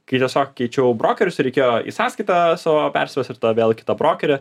kai tiesiog keičiau brokerius ir reikėjo į sąskaitą savo persivest ir tada vėl į kitą brokerį